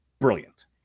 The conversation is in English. Brilliant